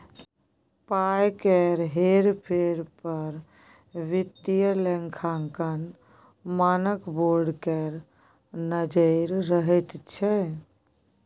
पाय केर हेर फेर पर वित्तीय लेखांकन मानक बोर्ड केर नजैर रहैत छै